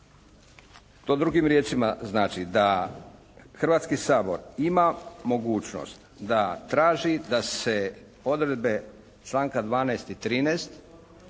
To drugim riječima znači, da Hrvatski sabor ima mogućnost da traži da se odredbe članka 12. i 13.,